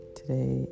today